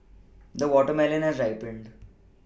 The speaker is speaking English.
the watermelon has ripened